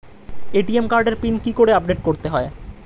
ATM কার্ডের PIN কি করে আপডেট করতে হয়?